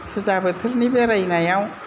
फुजा बोथोरनि बेरायनायाव